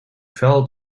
fell